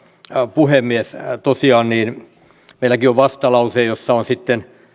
puhemies tosiaan meilläkin on vastalause jossa on sitten